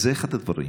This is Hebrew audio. זה אחד הדברים.